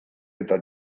eta